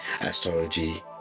astrology